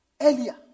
earlier